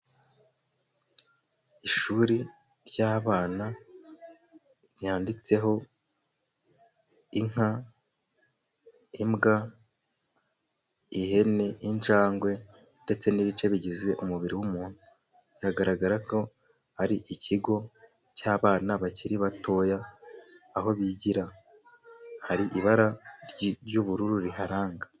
Ishuri ry'abana ryanditseho inka, imbwa, ihene, injangwe, ndetse n'ibice bigize umubiri w'umuntu. Biragaragara ko ari ikigo cy'abana bakiri batoya. Aho bigira hari ibara ry'ubururu riharanga.